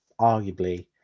arguably